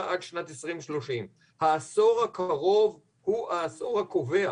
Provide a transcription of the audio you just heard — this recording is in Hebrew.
עד שנת 2030. העשור הקרוב הוא העשור הקובע.